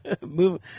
move